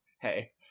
hey